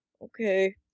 Okay